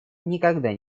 никогда